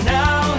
now